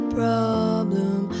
problem